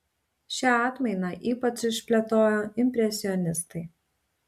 šią atmainą ypač išplėtojo impresionistai